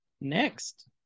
Next